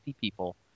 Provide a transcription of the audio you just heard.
people